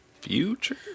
future